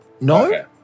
no